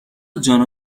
جانا